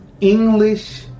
English